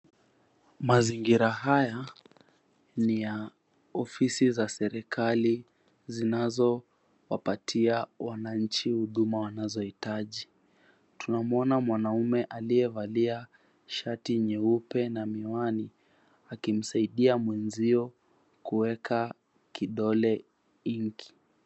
Mazingira haya ni ya ofisi za serikali zinazo wapatia wanainchi huduma wanazohitaji. Tunamwona mwanamme aliyevalia shati nyeupe na miwani akimsaidia mwenzio kuweka kidole ink .